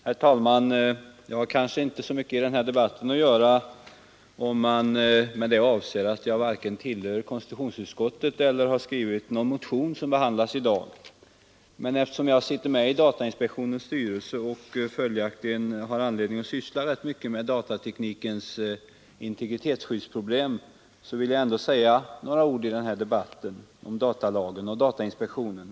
Herr talman! Jag har kanske inte så mycket i denna debatt att göra om man enbart tar hänsyn till att jag varken tillhör konstitutionsutskottet eller har skrivit någon motion som behandlas i dag. Men eftersom jag sitter med i datainspektionens styrelse och följaktligen har anledning att syssla rätt mycket med datateknikens integritetsskyddsproblem vill jag ändå säga några ord i den här debatten om datalagen och datainspektionen.